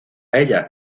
ella